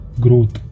growth